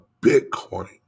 Bitcoin